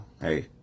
hey